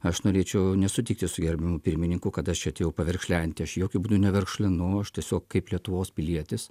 aš norėčiau nesutikti su gerbiamu pirmininku kad aš čia atėjau paverkšlenti aš jokiu būdu neverkšlenu aš tiesiog kaip lietuvos pilietis